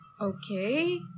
okay